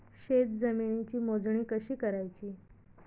शेत जमिनीची मोजणी कशी करायची?